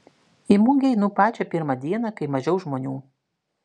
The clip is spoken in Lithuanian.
į mugę einu pačią pirmą dieną kai mažiau žmonių